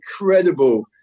incredible